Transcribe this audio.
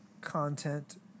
content